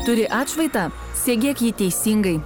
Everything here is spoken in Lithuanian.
turi atšvaitą segėk jį teisingai